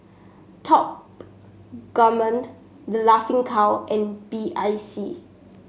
Top Gourmet The Laughing Cow and B I C